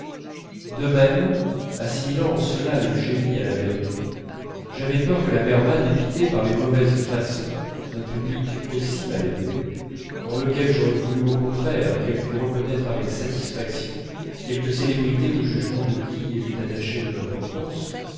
de même assimilant en cela le génie à la vertu j'avais peur que la berma dépitée par les mauvaises façons d'un public aussi mal élevé dans lequel j'aurais voulu au contraire qu'elle pût reconnaître avec satisfaction quelques célébrités au jugement de qui elle eût attaché de l'importance